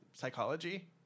psychology